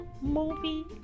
movie